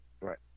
Right